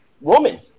woman